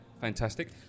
Fantastic